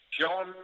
John